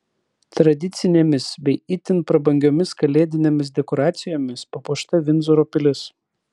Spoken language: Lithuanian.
tradicinėmis bei itin prabangiomis kalėdinėmis dekoracijomis papuošta vindzoro pilis